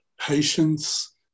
patience